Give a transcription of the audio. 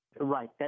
Right